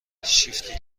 شیفتی